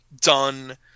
done